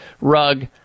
rug